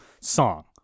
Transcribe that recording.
song